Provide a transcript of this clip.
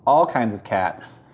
all kinds of cats,